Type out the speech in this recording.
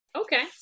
okay